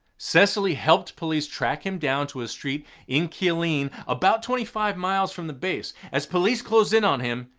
cecily helped police track him down to a street in killeen about twenty five miles from the base. as police closed in on him,